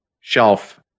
shelf